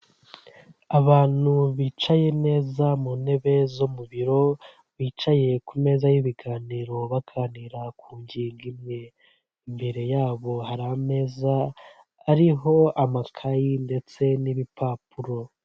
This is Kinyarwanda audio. Abantu bicaye neza mu ntebe zo mu biro, bicaye ku meza y'ibiganiro, baganira ku ngingo imwe, imbere yabo hari ameza ariho amakayi ndetse n'ibipapuro.